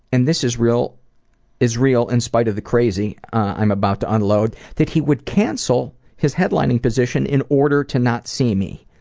and this is real is real in spite of the crazy that i'm about to unload, that he would cancel his headlining position in order to not see me.